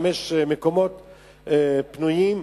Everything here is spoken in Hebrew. חמישה מקומות פנויים,